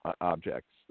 objects